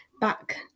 back